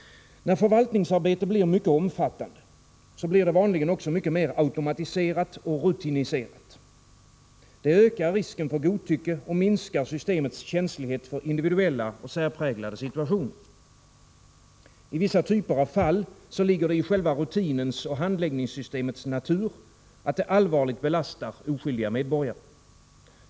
När förvaltningsarbete blir mycket omfattande, blir det vanligen också mycket mer automatiserat och rutiniserat. Detta ökar risken för godtycke och minskar systemets känslighet för individuella och särpräglade situationer. I vissa typer av fall ligger det i själva rutinens och handläggningssystemets natur, att det allvarligt belastar oskyldiga medborgare.